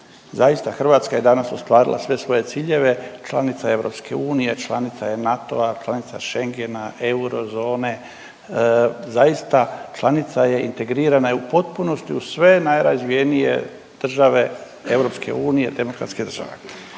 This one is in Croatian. Zaista Hrvatska je danas ostvarila sve svoje ciljeve, članica je EU, članica je NATO-a, članica Schengena, eurozone. Zaista članica je, integrirana je u potpunosti u sve najrazvijenije države EU, demokratske države.